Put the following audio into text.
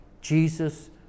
Jesus